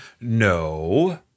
No